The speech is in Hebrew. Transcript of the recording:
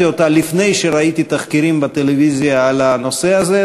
אותה לפני שראיתי תחקירים בטלוויזיה על הנושא הזה.